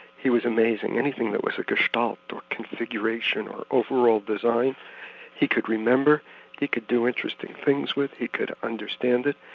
he was amazing. anything that was a gestalt or configuration, or overall design he could remember he could do interesting things with it, he could understand it.